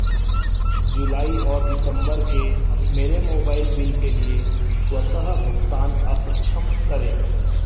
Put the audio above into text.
जुलाई और दिसंबर के मेरे मोबाइल बिल के लिए स्वतः भुगतान अक्षम करें